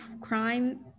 crime